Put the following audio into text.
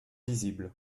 visible